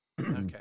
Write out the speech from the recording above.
Okay